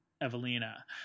Evelina